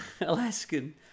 Alaskan